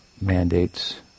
mandates